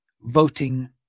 voting